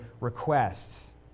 requests